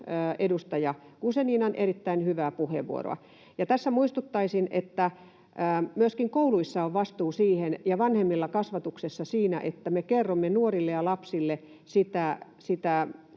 edustaja Guzeninan erittäin hyvää puheenvuoroa. Tässä muistuttaisin, että myöskin kouluilla ja vanhemmilla on vastuu kasvatuksessa siinä, että me opetamme nuorille ja lapsille